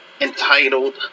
entitled